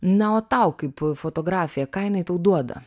na o tau kaip fotografija ką jinai tau duoda